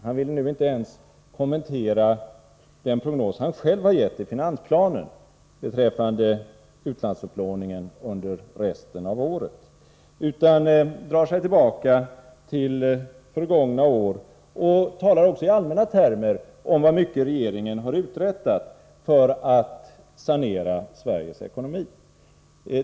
Han vill nu inte ens kommentera den prognos som han själv har gett i finansplanen beträffande utlandsupplåningen under resten av året, utan han drar sig tillbaka till förgångna år eller talar i allmänna termer om hur mycket regeringen har uträttat för att sanera Sveriges ekonomi.